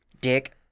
dick